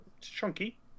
chunky